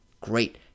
great